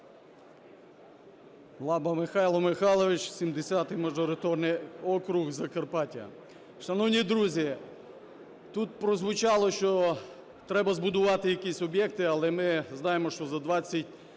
Лаба Михайло Михайлович, 70 мажоритарний округ, Закарпаття. Шановні друзі, тут прозвучало, що треба збудувати якісь об'єкти, але ми знаємо, що за 20 з